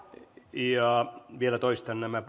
ja vielä toistan nämä